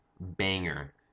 banger